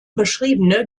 beschriebene